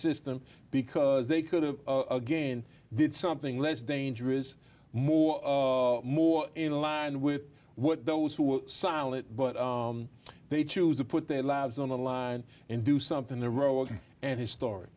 system because they could have again did something less dangerous more more in line with what those who were silent but they choose to put their lives on the line and do something the road and his story